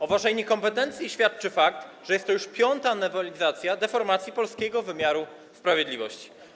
O waszej niekompetencji świadczy fakt, że jest to już piąta nowelizacja deformacji polskiego wymiaru sprawiedliwości.